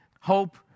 Hope